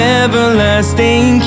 everlasting